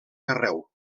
carreu